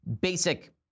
basic